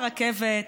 ברכבת,